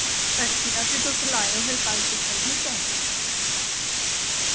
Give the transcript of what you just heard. आं ते तुस लायो कल्ल चक्कर ठीक ऐ